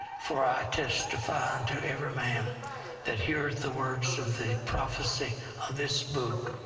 for i testify unto every man that heareth the words of the prophecy of this book,